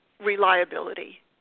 reliability